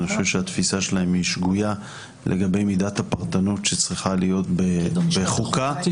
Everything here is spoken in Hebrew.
אני חושב שתפיסתם שגויה לגבי מידת הפרטנות שצריכה להיות לגבי חוקה.